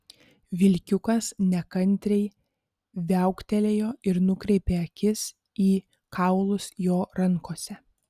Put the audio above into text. vilkiukas nekantriai viauktelėjo ir nukreipė akis į kaulus jo rankose